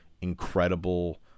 incredible